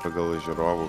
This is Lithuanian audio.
pagal žiūrovų